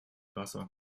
wasser